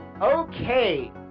Okay